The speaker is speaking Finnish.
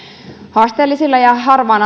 haasteellisille ja harvaan